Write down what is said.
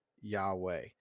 Yahweh